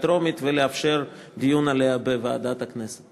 טרומית ולאפשר דיון עליה בוועדת הכנסת.